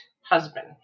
husband